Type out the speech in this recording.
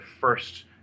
first